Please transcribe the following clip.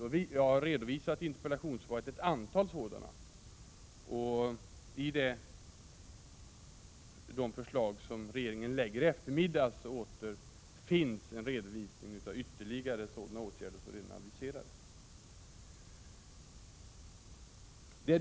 Jag har i interpellationssvaret redovisat ett antal åtgärder, och i de förslag som regeringen lägger fram i eftermiddag återfinns en redovisning av ytterligare sådana åtgärder som redan är aviserade.